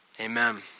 Amen